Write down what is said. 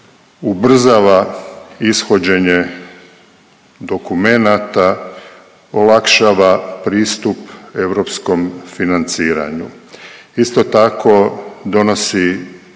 ubrzava ishođenje dokumenata, olakšava pristup europskom financiranju. Isto tako donosi